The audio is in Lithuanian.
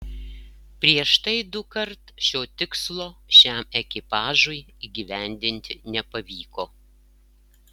prieš tai dukart šio tikslo šiam ekipažui įgyvendinti nepavyko